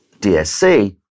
DSC